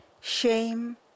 shame